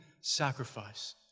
sacrifice